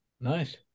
Nice